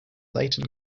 leighton